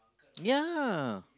ya